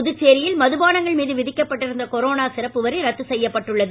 புதுச்சோியில் மதுபானங்கள் மீது விதிக்கப்பட்டிருந்த கொரோனா சிறப்பு வரி ரத்து செய்யப்பட்டுள்ளது